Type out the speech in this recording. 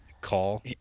call